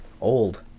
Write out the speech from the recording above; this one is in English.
Old